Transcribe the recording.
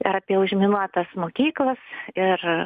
ir apie užminuotas mokyklas ir